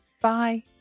Bye